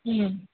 ம்